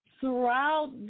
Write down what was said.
throughout